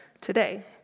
today